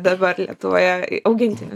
dabar lietuvoje augintiniui